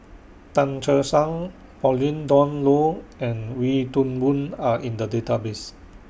Tan Che Sang Pauline Dawn Loh and Wee Toon Boon Are in The Database